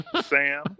Sam